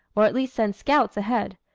or at least send scouts ahead.